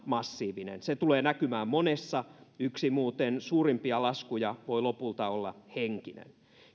massiivinen se tulee näkymään monessa yksi suurimpia laskuja voi muuten lopulta olla henkinen